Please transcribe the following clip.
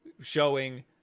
showing